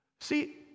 See